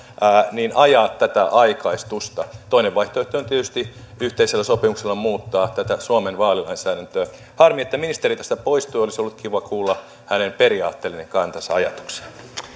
ajaa tätä aikaistusta toinen vaihtoehto on tietysti yhteisellä sopimuksella muuttaa tätä suomen vaalilainsäädäntöä harmi että ministeri tästä poistui olisi ollut kiva kuulla hänen periaatteellinen kantansa ajatukseen